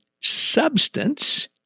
substance